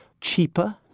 cheaper